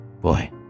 Boy